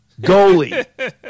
goalie